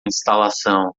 instalação